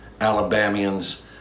Alabamians